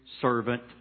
servant